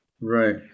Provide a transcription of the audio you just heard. Right